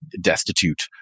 destitute